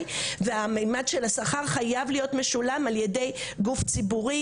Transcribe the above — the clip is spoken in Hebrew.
והממד של השכר חייב להיות משולם על ידי גוף ציבורי,